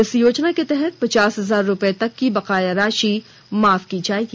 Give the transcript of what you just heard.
इस योजना के तहत पचास हजार रूपये तक की बकाया राशि माफ की जायेगी